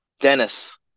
Dennis